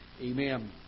Amen